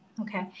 okay